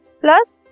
plus